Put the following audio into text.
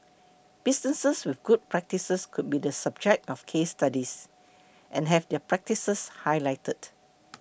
businesses with good practices could be the subject of case studies and have their practices highlighted